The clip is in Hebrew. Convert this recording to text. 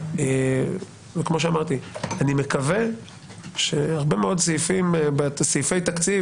וכמו שאמרתי, אני מקווה שהרבה מאוד סעיפי תקציב,